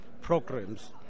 programs